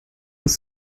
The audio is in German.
ist